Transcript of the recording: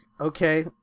okay